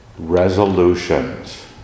resolutions